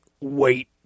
wait